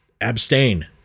abstain